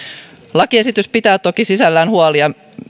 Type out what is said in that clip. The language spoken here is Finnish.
lakiesitys pitää toki sisällään huolia